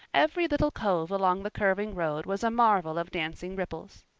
every little cove along the curving road was a marvel of dancing ripples.